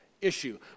issue